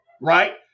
right